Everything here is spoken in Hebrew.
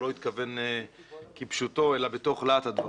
הוא לא התכוון כפשוטו אלא בתוך להט הדברים.